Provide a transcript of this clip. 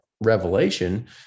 revelation